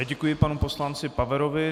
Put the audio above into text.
Děkuji panu poslanci Paverovi.